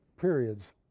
periods